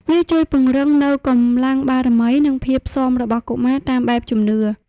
វាជួយពង្រឹងនូវកម្លាំងបារមី និងភាពស៊ាំរបស់កុមារតាមបែបជំនឿ។